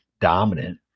dominant